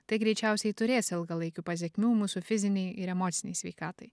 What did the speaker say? tai greičiausiai turės ilgalaikių pasekmių mūsų fizinei ir emocinei sveikatai